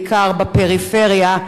בעיקר בפריפריה,